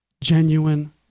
genuine